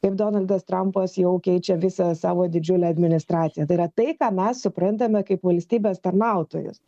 kaip donaldas trampas jau keičia visą savo didžiulę administraciją tai yra tai ką mes suprantame kaip valstybės tarnautojus